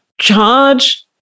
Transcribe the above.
charge